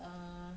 err